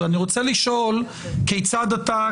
אני רוצה לשאול כיצד אתה,